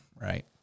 Right